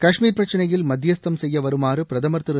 கஷ்மீர் பிரச்சினையில் மத்தியஸ்தம் செய்ய வருமாறு பிரதமர் திரு